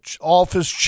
office